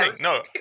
No